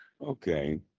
Okay